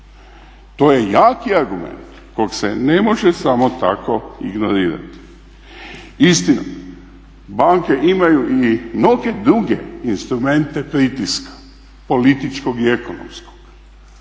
To je jako argument kojeg se ne može samo tako ignorirati. Istina, banke imaju i mnoge druge instrumente pritiska političkog i ekonomskog,